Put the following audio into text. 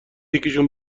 یکیشون